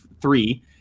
three